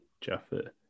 Jaffa